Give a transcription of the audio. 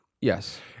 Yes